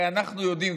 הרי אנחנו יודעים,